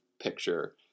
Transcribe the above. picture